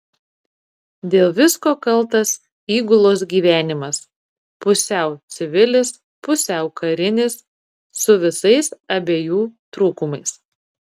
dėl visko kaltas įgulos gyvenimas pusiau civilis pusiau karinis su visais abiejų trūkumais